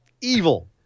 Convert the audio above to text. evil